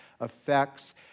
effects